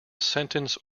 sentence